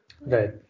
Right